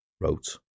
wrote